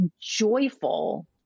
joyful